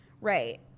Right